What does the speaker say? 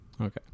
Okay